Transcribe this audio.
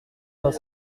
vingt